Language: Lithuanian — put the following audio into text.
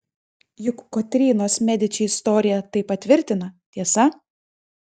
juk kotrynos mediči istorija tai patvirtina tiesa